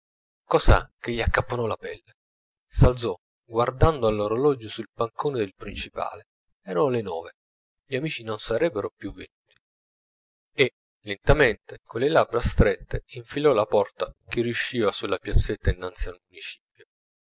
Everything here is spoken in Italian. cosa che gli accapponò la pelle s'alzò guardando all'orologio sul pancone del principale erano le nove gli amici non sarebbero più venuti e lentamente con le labbra strette infilò la porta che riusciva sulla piazzetta innanzi al